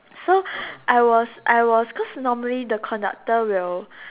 so I was I was cause normally the conductor will